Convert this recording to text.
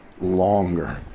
longer